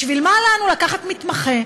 בשביל מה לנו לקחת מתמחה,